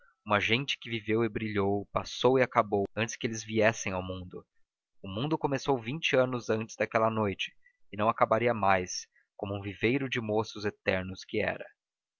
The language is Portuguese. uma gente que viveu e brilhou passou e acabou antes que eles viessem ao mundo o mundo começou vinte anos antes daquela noite e não acabaria mais como um viveiro de moços eternos que era